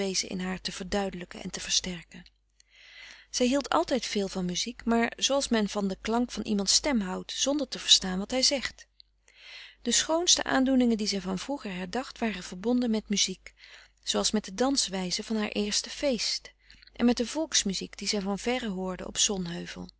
in haar te verduidelijken en te versterken zij hield altijd veel van muziek maar zooals men van den klank van iemands stem houdt zonder te verstaan wat hij zegt de schoonste aandoeningen die zij van vroeger herdacht waren verbonden met muziek zooals met de danswijze van haar eerste feest en met de volksmuziek die zij van verre hoorde op zonheuvel